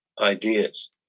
ideas